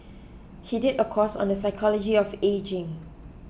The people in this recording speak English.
he did a course on the psychology of ageing